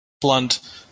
blunt